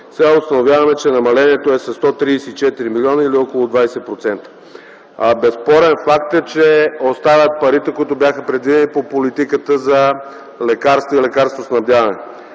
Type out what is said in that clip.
Сега установяваме, че намалението е със 134 милиона или около 20%. Безспорен факт е, че остават парите, които бяха предвидени по политиката за лекарства и лекарствоснабдяване.